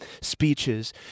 speeches